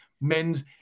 men's